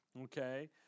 Okay